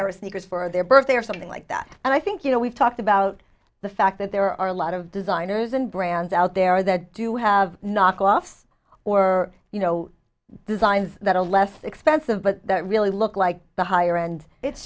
a snickers for their birthday or something like that and i think you know we've talked about the fact that there are a lot of designers and brands out there that do have knock offs or you know designs that are less expensive but really look like the higher end it